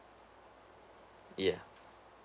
ya